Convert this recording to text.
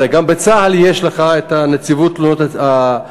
הרי גם בצה"ל יש לך נציבות תלונות חיילים,